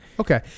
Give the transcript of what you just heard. Okay